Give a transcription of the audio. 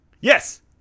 yes